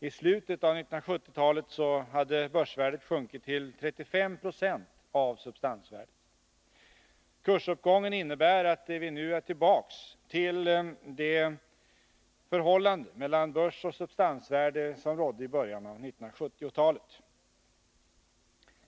I slutet av 1970-talet hade börsvärdet sjunkit till 35 20 av substansvärdet. Kursuppgången innebär att vi nu är tillbaka vid det förhållande mellan börsoch substansvärde som rådde i början av 1970-talet.